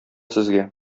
сезгә